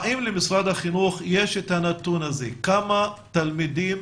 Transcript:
האם למשרד החינוך יש את הנתון הזה, כמה תלמידים